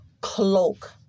cloak